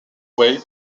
way